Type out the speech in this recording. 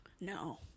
No